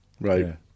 Right